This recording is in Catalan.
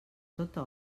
tota